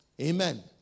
Amen